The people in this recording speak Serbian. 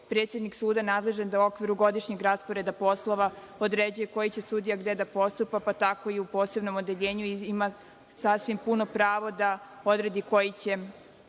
predsednik suda nadležan da u okviru godišnjeg rasporeda poslova određuje koji će sudija gde da postupa, pa tako i u posebnom odeljenju. Ima sasvim puno pravo da odredi koji će